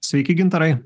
sveiki gintarai